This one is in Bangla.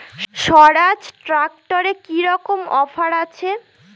স্বরাজ ট্র্যাক্টরে কি রকম অফার আছে?